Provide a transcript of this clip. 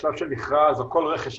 השלב של מכרז או כל רכש,